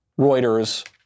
Reuters